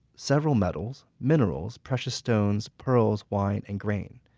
several metals, minerals, precious stones, pearls, wine, and grain.